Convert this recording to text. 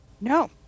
No